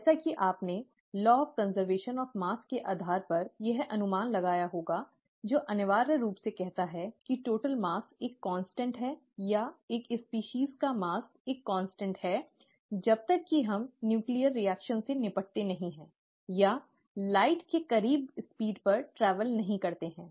जैसा कि आपने द्रव्यमान के संरक्षण के कानून के आधार पर यह अनुमान लगाया होगा जो अनिवार्य रूप से कहता है कि कुल द्रव्यमान एक स्थिर है या एक प्रजाति का द्रव्यमान एक स्थिर है जब तक कि हम न्यूक्लियर प्रतिक्रियाओं से निपटते नहीं हैं या प्रकाश के करीब गति पर ट्रैवल नहीं करते हैं